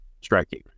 striking